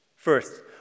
First